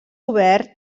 obert